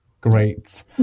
Great